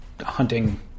hunting